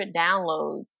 downloads